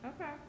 Okay